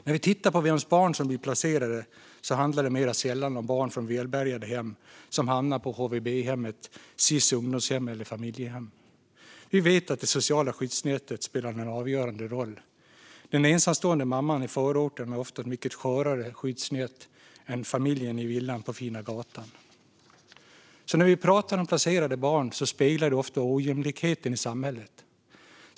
När vi tittar på vems barn som blir placerade ser vi att det sällan handlar om barn från välbärgade hem som hamnar på HVB-hem, Sis ungdomshem eller familjehem. Vi vet att det sociala skyddsnätet spelar en avgörande roll. Den ensamstående mamman i förorten har ofta ett mycket skörare skyddsnät än familjen i villan på fina gatan. Vilka barn som blir placerade speglar ofta ojämlikheten i samhället.